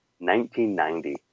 1990